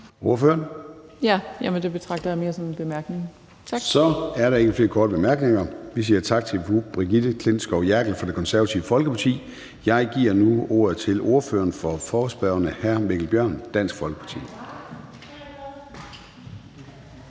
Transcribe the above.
bemærkning – tak. Kl. 16:21 Formanden (Søren Gade): Så er der ikke flere korte bemærkninger. Vi siger tak til fru Brigitte Klintskov Jerkel fra Det Konservative Folkeparti. Jeg giver nu ordet til ordføreren for forespørgerne, hr. Mikkel Bjørn, Dansk Folkeparti.